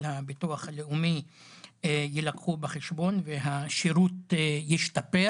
הביטוח הלאומי יילקחו בחשבון והשירות ישתפר.